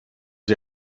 sie